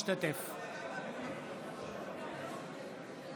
משתתף בהצבעה